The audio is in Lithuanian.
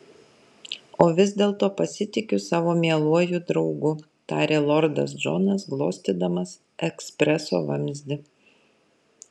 o vis dėlto pasitikiu savo mieluoju draugu tarė lordas džonas glostydamas ekspreso vamzdį